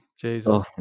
Jesus